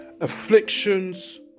afflictions